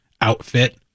outfit